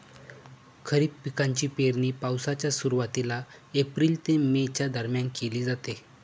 खरीप पिकांची पेरणी पावसाच्या सुरुवातीला एप्रिल ते मे च्या दरम्यान केली जाते